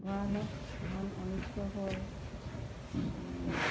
ভঁৰালত ধান অনিষ্ট হয়